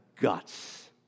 guts